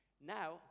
Now